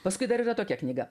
paskui dar yra tokia knyga